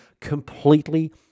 completely